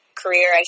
career